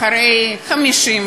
חברי חברי הכנסת,